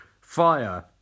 Fire